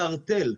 קרטל.